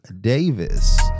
Davis